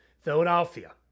Philadelphia